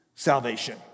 salvation